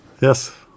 Yes